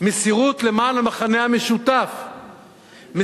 מסירות למען המכנה המשותף בעם,